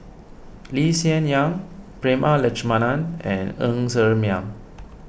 Lee Hsien Yang Prema Letchumanan and Ng Ser Miang